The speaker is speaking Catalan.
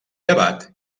llevat